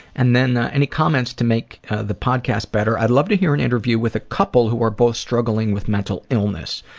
and then any comments to make the podcast better? i'd love to hear an interview with a couple who are both struggling with mental illness.